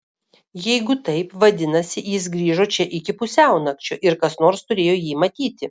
jeigu taip vadinasi jis grįžo čia iki pusiaunakčio ir kas nors turėjo jį matyti